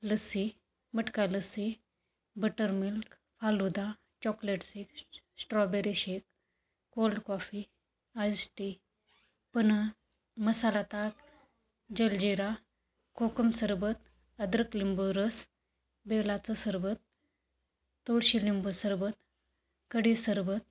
लस्सी मटका lassi butter milk falooda chocolate shake strawberry shake cold coffee ice tea पन मसाला ताक जलजिरा कोकम सरबत अद्रक लिंबू रस बेलाचं सरबत तुळशी लिंबू सरबत कढी सरबत